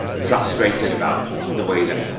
frustrated about the way that,